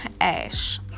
Ash